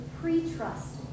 pre-trust